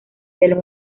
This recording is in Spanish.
del